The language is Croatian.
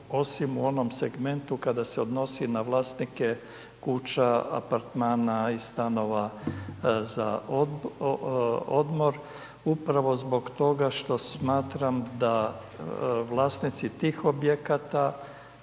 osim u onom segmentu, kada se odnosi na vlasnike kuća, apartmana i stanova za odmor. Upravo zbog toga što smatram da vlasnici tih objekata